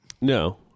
No